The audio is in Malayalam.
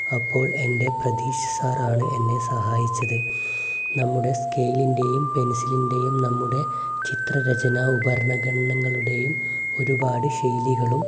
അപ്പോൾ എൻ്റെ പ്രദീഷ് സാർ ആണ് എന്നെ സഹായിച്ചത് നമ്മുടെ സ്കെയ്ലിൻ്റെയും പെൻസിലിൻ്റെയും നമ്മുടെ ചിത്ര രചന ഉപകരണങ്ങളുടെയും ഒരുപാട് ശൈലികളും